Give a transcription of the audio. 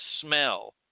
smell